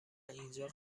اینجا